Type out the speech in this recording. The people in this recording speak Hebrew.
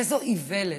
איזו איוולת.